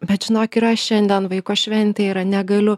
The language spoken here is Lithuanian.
bet žinok yra šiandien vaiko šventė yra negaliu